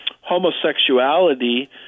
homosexuality